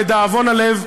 לדאבון הלב,